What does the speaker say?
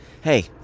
hey